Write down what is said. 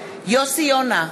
יוסי יונה,